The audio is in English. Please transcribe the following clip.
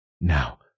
Now